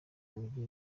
umujyi